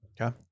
Okay